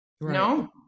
No